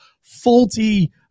faulty